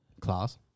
class